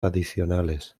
adicionales